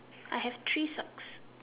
I have three socks